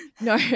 No